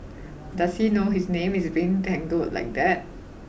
does he know his name is being dangled like that